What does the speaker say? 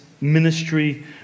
ministry